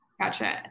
Gotcha